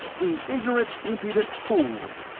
the ignorant, impudent fool!